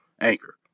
Anchor